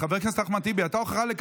נגד, עשרה.